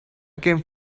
can